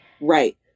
Right